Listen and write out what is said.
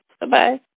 bye-bye